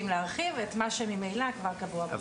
להרחיב את מה שממילא כבר קבוע בחוק.